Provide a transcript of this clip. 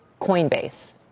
Coinbase